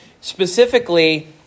specifically